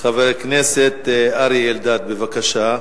חבר הכנסת אריה אלדד, בבקשה.